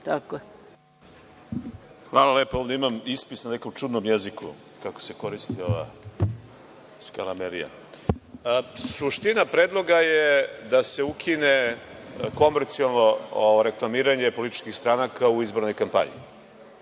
Hvala lepo. Ovde imam ispisano na nekom čudnom jeziku kako se koristi ova skalamerija. Suština predloga je da se ukine komercijalno reklamiranje političkih stranaka u izbornoj kampanji.